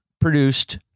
produced